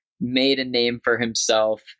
made-a-name-for-himself